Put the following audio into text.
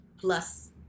plus